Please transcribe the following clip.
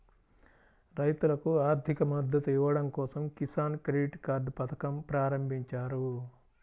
రైతులకు ఆర్థిక మద్దతు ఇవ్వడం కోసం కిసాన్ క్రెడిట్ కార్డ్ పథకం ప్రారంభించారు